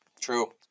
true